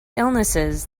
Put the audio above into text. illnesses